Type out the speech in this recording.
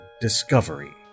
discovery